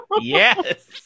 yes